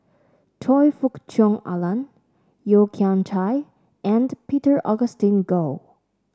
Choe Fook Cheong Alan Yeo Kian Chye and Peter Augustine Goh